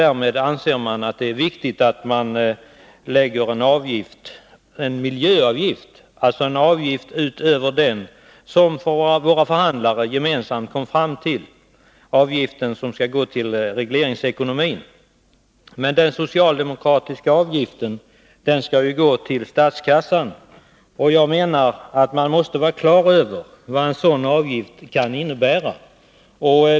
Därför anser de att det är viktigt att man belägger handelsgödselmedlen med en miljöavgift, utöver den avgift som våra förhandlare gemensamt kom fram till och som skall gå till regleringsekonomin. Den nu föreslagna socialdemokratiska avgiften skall gå till statskassan. Jag menar att vi måste vara på det klara med vad en sådan avgift kan innebära.